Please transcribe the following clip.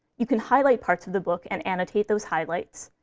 you can highlight parts of the book and annotate those highlights,